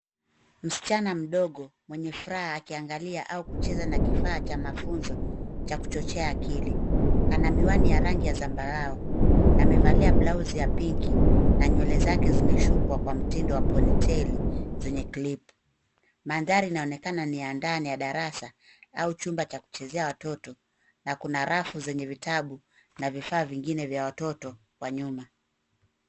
Msichana mdogo mwenye furaha akiangalia au kucheza na kifaaa cha mafunzo cha kuchochea akili. Ana miwani ya rangi ya zambarau, amevalia blausi ya pingi, na nywele zake zimeshukwa kwa mtindo wa poniteli zenye clip . Mandhari inaonekana ni ya ndani ya darasa au chumba cha kuchezea watoto, na kuna rafu zenye vitabu na vifaa vingine vya watoto, kwa nyuma.